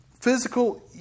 physical